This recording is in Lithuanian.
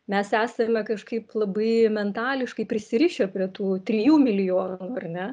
mes esame kažkaip labai mentališkai prisirišę prie tų trijų milijo ar ne